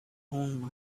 own